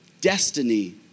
destiny